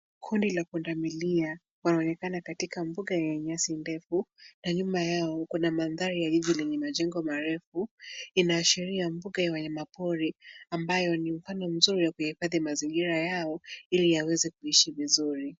Kundi la pundamilia, wanaonekana katika mbuga yenye nyasi ndefu. Na nyuma yao kuna mandhari ya mji lenye majengo marefu, inaashiria mbuga ya wanyama pori ambayo ni mfano mzuri wa kuhifadhi mazingira yao ili yaeze kuishi vizuri.